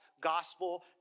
gospel